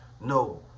No